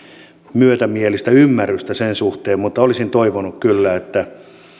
myötämielistä ymmärrystä sen suhteen mutta olisin toivonut kyllä että